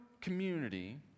community